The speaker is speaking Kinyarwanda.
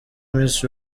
miss